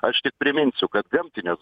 aš tik priminsiu kad gamtinės